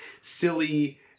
silly